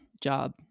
job